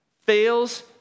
fails